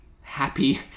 happy